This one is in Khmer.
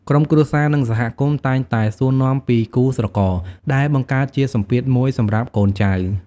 ក្រុមគ្រួសារ និងសហគមន៍តែងតែសួរនាំពីគូស្រករ ដែលបង្កើតជាសម្ពាធមួយសម្រាប់កូនចៅ។